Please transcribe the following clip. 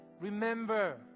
remember